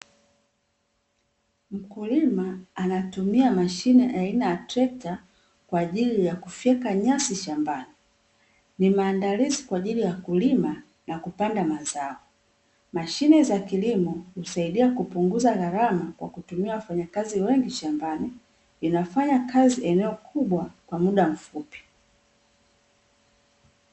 Mkulima anatumia mashine aina ya trekta kwa ajili ya kufyeka nyasi shambani, ni maandalizi kwa ajili ya kulima na kupanda mazao. Mashine za kilimo husaidia kupunguza gharama kwa kutumia wafanyakazi wengi shambani, inafanya kazi eneo kubwa kwa muda mfupi.